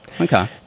Okay